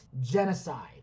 genocide